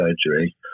surgery